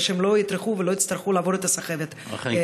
ושהם לא יטרחו ולא יצטרכו לעבור את הסחבת בדרך.